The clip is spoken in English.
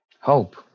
Hope